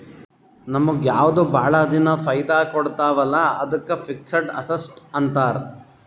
ನಮುಗ್ ಯಾವ್ದು ಭಾಳ ದಿನಾ ಫೈದಾ ಕೊಡ್ತಾವ ಅಲ್ಲಾ ಅದ್ದುಕ್ ಫಿಕ್ಸಡ್ ಅಸಸ್ಟ್ಸ್ ಅಂತಾರ್